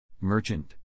Merchant